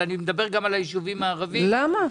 למה?